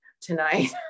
tonight